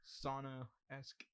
sauna-esque